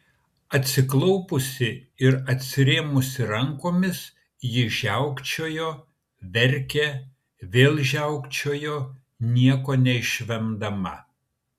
atsiklaupusi ir atsirėmusi rankomis ji žiaukčiojo verkė vėl žiaukčiojo nieko neišvemdama